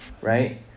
right